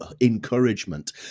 Encouragement